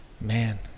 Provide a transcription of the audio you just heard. Man